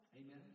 Amen